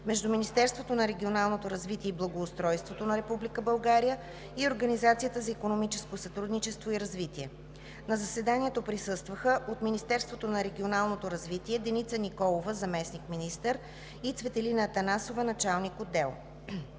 между Министерството на регионалното развитие и благоустройството (МРРБ) на Република България и Организацията за икономическо сътрудничество и развитие (ОИСР). На заседанието присъстваха – от Министерството на регионалното развитие: Деница Николова – заместник-министър, и Цветелина Атанасова – началник-отдел.